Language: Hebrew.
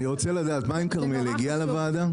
אני רוצה לדעת מה עם כרמיאל הגיעה לוועדה?